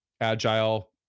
Agile